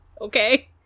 Okay